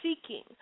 seeking